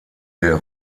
der